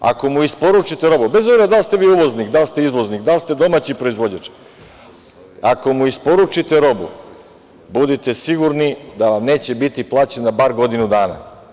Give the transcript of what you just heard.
Ako mu isporučite robu, bez obzira da li ste uvoznik, da li ste izvoznik, da li ste domaći proizvođač, ako mu isporučite robu, budite sigurni da vam neće biti plaćena bar godinu dana.